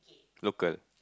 local